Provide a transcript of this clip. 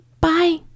Bye